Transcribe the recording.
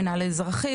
המינהל האזרחי,